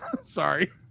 Sorry